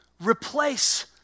replace